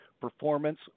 performance